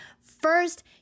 First